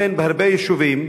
בהרבה יישובים